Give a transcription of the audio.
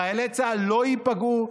חיילי צה"ל לא ייפגעו,